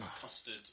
custard